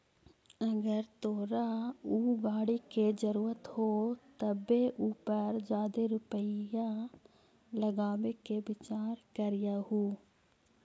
अगर तोरा ऊ गाड़ी के जरूरत हो तबे उ पर जादे रुपईया लगाबे के विचार करीयहूं